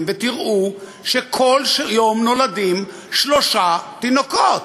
ותראו שכל יום נולדים שלושה תינוקות,